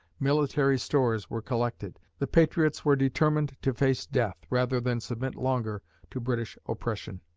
military stores were collected. the patriots were determined to face death rather than submit longer to british oppression.